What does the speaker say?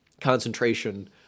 concentration